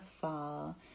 fall